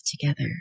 together